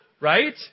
Right